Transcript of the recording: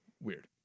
Weird